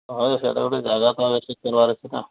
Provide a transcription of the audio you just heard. ହଁ ସେଆଡ଼େ ଗୋଟେ ଜାଗା ଫାଗା ଠିକ୍ କରିବାର ଅଛି ନା